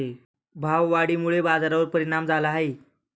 भाववाढीमुळे बाजारावर परिणाम झाला आहे